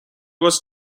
was